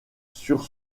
sur